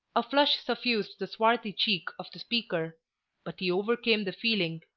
a flush suffused the swarthy cheek of the speaker but he overcame the feeling,